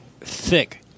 thick